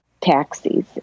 taxis